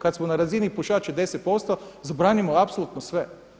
Kad smo na razini pušača od 10% zabranimo apsolutno sve.